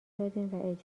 دادین